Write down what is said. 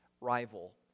rival